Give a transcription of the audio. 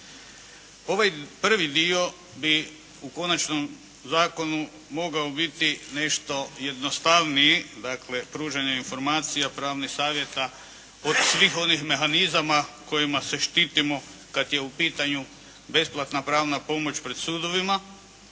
Ovaj prvi dio bi u konačnom zakonu mogao biti nešto jednostavniji, dakle pružanje informacija pravnih savjeta od svih onih mehanizama kojima se štitimo kad je u pitanju besplatna pravna pomoć pred sudovima